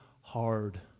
hard